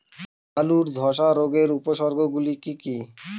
আলুর ধ্বসা রোগের উপসর্গগুলি কি কি?